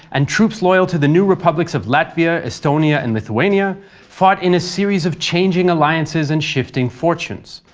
and troops loyal to the new republics of latvia, estonia and lithuania fought in a series of changing alliances and shifting fortunes.